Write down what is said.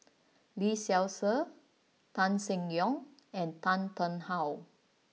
Lee Seow Ser Tan Seng Yong and Tan Tarn How